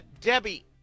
Debbie